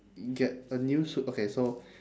get a new sup~ okay so